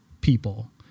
people